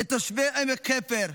את תושבי עמק חפר,